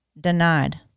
denied